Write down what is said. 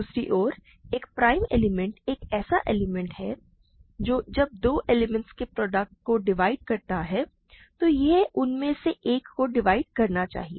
दूसरी ओर एक प्राइम एलिमेंट एक ऐसा एलिमेंट है जो जब दो एलिमेंट्स के प्रोडक्ट को डिवाइड करता है तो यह उनमें से एक को डिवाइड करना चाहिए